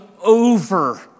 over